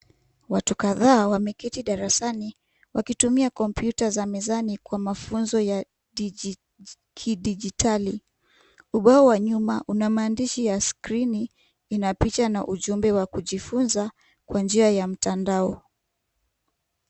Watu kadhaa wameketi darasani, wakitumia kompyuta za mezani kwa mafunzo ya kidijitali. Ubao wa nyuma una maandishi ya skrini. Ina picha na ujumbe wa kujifunza kwa njia ya mtandao.